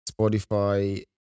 Spotify